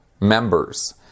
members